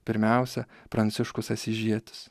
pirmiausia pranciškus asyžietis